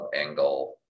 angle